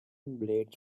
blades